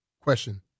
question